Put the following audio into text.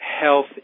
health